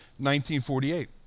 1948